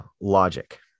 logic